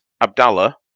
Abdallah